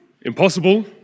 impossible